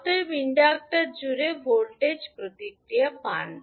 অতএব ইন্ডাক্টর জুড়ে ভোল্টেজ প্রতিক্রিয়া পান